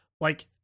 Like-